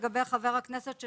לגבי חבר הכנסת קרויזר,